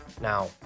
Now